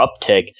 uptick